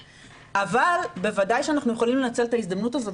אבל בוודאי שאנחנו יכולים לנצל את ההזדמנות הזאת,